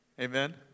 Amen